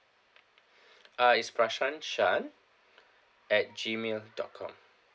uh it's prashan shan at gmail dot com